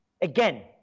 Again